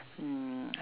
mm